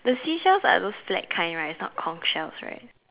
the seashells are those flat kind right is not Kong shells right